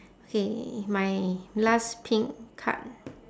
okay my last pink card